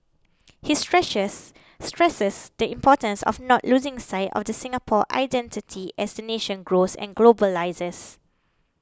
he stresses the importance of not losing sight of the Singapore identity as the nation grows and globalises